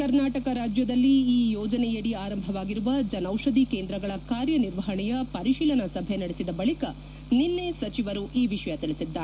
ಕರ್ನಾಟಕ ರಾಜ್ಲದಲ್ಲಿ ಈ ಯೋಜನೆಯಡಿ ಆರಂಭವಾಗಿರುವ ಜನೌಷಧಿ ಕೇಂದ್ರಗಳ ಕಾರ್ಯನಿರ್ವಹಣೆಯ ಪರಿಶೀಲನಾ ಸಭೆ ನಡೆಸಿದ ಬಳಿಕ ನಿನ್ನೆ ಸಚಿವರು ಈ ವಿಷಯ ತಿಳಿಸಿದ್ದಾರೆ